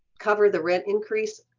cover the rent increase.